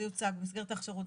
זה יוצג במסגרת ההכשרות.